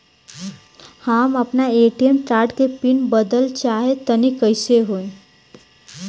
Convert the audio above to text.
हम आपन ATM card के पीन बदलल चाहऽ तनि कइसे होई?